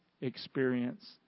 experience